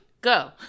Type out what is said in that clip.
Go